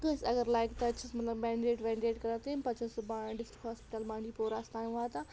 کٲنٛسہِ اگر لَگہِ تَتہِ چھِس مَطلَب بٮ۪نڈِڈ وٮ۪نڈِڈ کَران تَمہِ پَتہٕ چھِ سُہ ڈِسٹِرٛک ہاسپِٹَل بانڈی پوراہَس تام واتان